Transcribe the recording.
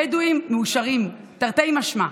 הבדואים מאושרים, תרתי משמע,